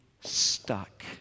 stuck